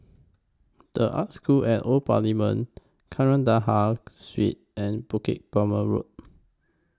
The Arts School At Old Parliament Kandahar Street and Bukit Purmei Road